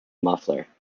muffler